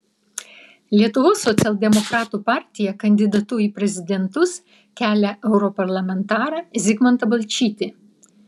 lietuvos socialdemokratų partija kandidatu į prezidentus kelia europarlamentarą zigmantą balčytį